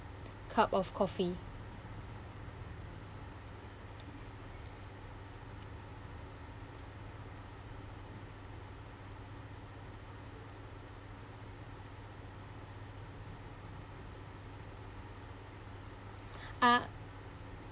cup of coffee uh